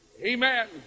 Amen